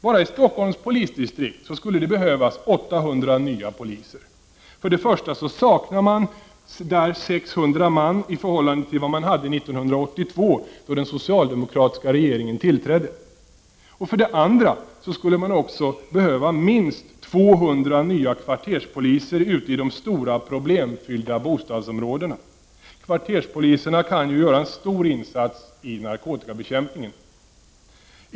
Bara i Stockholms polisdistrikt skulle det behövas 800 nya poliser. För det första saknar man där 600 man i förhållande till vad man hade 1982 då den socialdemokratiska regeringen tillträdde. För det andra skulle man också behöva minst 200 nya kvarterspoliser ute i de stora, problemfyllda bostadsområdena. Kvarterspoliserna kan ju göra en stor insats i narkotikabekämpningen.